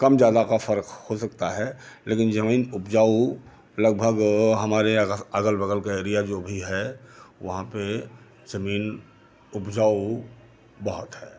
कम ज़्यादा का फर्क हो सकता है लेकिन जमीन उपजाऊ लगभग हमारे अगल बगल का एरिया जो भी है वहाँ पे जमीन उपजाऊ बहुत है